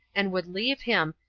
and would leave him,